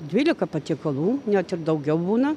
dvylika patiekalų net ir daugiau būna